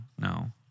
No